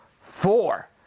four